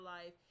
Life